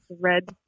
red